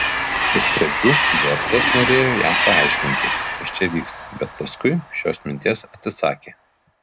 iš pradžių džordžas norėjo jam paaiškinti kas čia vyksta bet paskui šios minties atsisakė